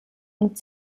und